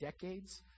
decades